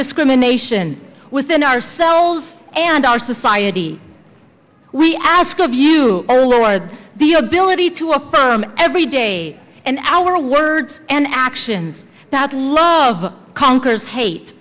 discrimination within ourselves and our society we ask of you oh lord the ability to affirm every day and our words and actions that love conquers hate